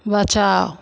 बचाओ